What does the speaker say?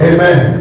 Amen